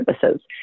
services